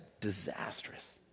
disastrous